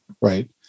right